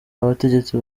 abategetsi